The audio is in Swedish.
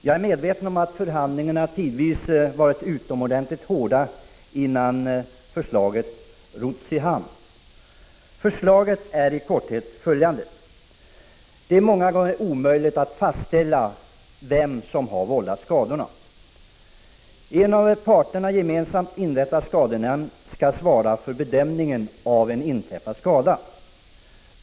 Jag är medveten om att förhandlingarna 65 tidvis varit utomordentligt hårda innan förslaget roddes i hamn. Förslaget innebär i korthet följande: Det är många gånger omöjligt att fastställa vem som har vållat skadorna. En av parterna gemensamt inrättad skadenämnd skall därför svara för bedömningen av en inträffad skada.